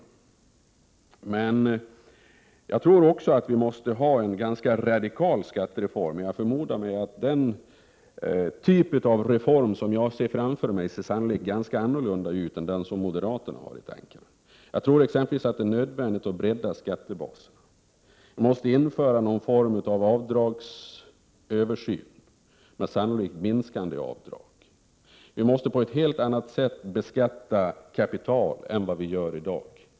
Jag tror också att en ganska radikal skattereform är nödvändig, men jag förmodar att den typ av reform som jag ser framför mig sannolikt är annorlunda än den som moderaterna har i tankarna. Jag tror exempelvis att det är nödvändigt att bredda skattebaserna. Någon form av avdragsöversyn måste införas, förmodligen med minskande avdrag. Kapital måste beskattas på ett helt annat sätt än i dag.